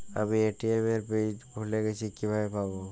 আমি এ.টি.এম এর পিন ভুলে গেছি কিভাবে পাবো?